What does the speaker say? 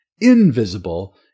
invisible